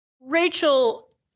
Rachel